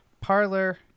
Parlor